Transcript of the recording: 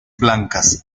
blancas